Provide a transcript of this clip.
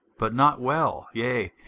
but not well yea,